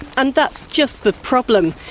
and that's just the problem.